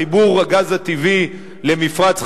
חיבור הגז הטבעי למפרץ חיפה,